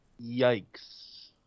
yikes